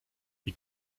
you